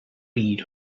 read